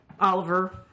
Oliver